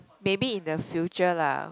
maybe in the future lah